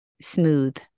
smooth